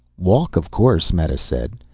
walk, of course, meta said.